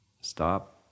stop